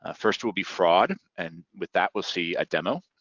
ah first will be fraud and with that we'll see a demo.